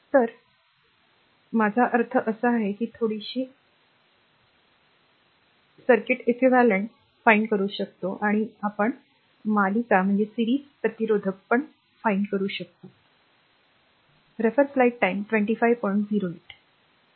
तर आशेने माझा अर्थ असा आहे की येथे थोडीशी बडबड होत आहे परंतु आशा आहे की हे समजण्यासारखे आहे मला ते साफ करू द्या म्हणजे हे मालिका मालिकेच्या प्रतिरोधकासाठी आहे